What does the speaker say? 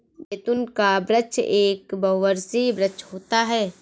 जैतून का वृक्ष एक बहुवर्षीय वृक्ष होता है